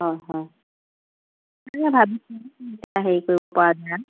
হয় হয় ভাবিছো এতিয়া হেৰি কৰিব পৰা যায়